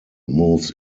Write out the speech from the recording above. moves